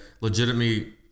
legitimately